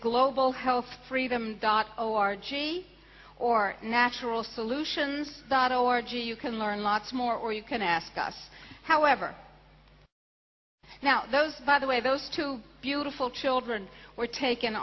global health freedom dot au argy or natural solutions dot org you can learn lots more or you can ask us however now those by the way those two beautiful children were taken